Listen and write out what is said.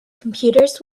computers